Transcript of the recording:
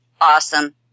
Awesome